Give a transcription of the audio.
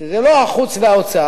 וזה לא החוץ או האוצר,